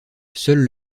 seuls